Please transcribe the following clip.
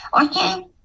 okay